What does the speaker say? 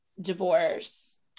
divorce